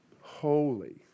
holy